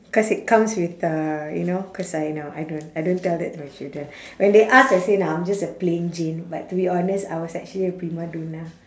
cause it comes with uh you know cause I no I don't I don't tell that to my children when they ask I say nah I'm just a plain jane but to be honest I was actually a prima donna